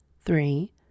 Three